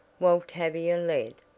while tavia led,